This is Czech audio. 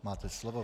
Máte slovo.